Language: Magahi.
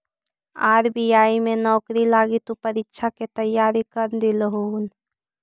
आर.बी.आई में नौकरी लागी तु परीक्षा के तैयारी कर लियहून